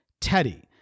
Teddy